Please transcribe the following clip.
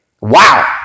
Wow